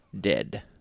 dead